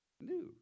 New